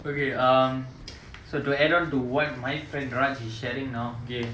okay um so to add on to what my friend raj is sharing now okay